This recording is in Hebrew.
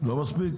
לא מספיק?